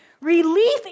relief